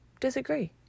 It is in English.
disagree